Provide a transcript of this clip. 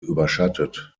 überschattet